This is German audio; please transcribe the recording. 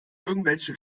irgendwelche